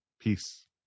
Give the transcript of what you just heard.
Peace